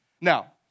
Now